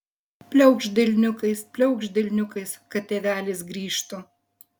pliaukšt delniukais pliaukšt delniukais kad tėvelis grįžtų